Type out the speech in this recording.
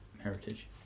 heritage